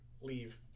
leave